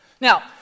Now